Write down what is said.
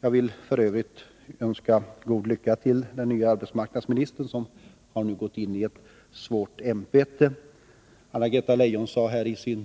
Jag vill för övrigt önska den nya arbetsmarknadsministern god lycka — hon har gått in i ett svårt ämbete. Anna-Greta Leijon sade i sitt